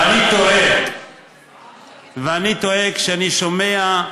ואני תוהה כשאני שומע את,